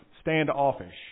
standoffish